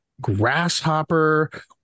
grasshopper